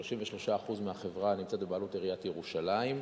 ו-33% מהחברה נמצאים בבעלות עיריית ירושלים,